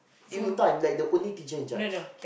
full-time like the only teacher-in-charge